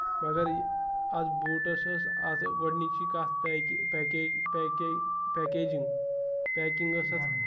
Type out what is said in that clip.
مگر یہِ اَتھ بوٗٹَس ٲس اَتھ گۄڈٕنِچی کَتھ پیکیجِنٛگ پیکِنٛگ ٲس اَتھ